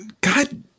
God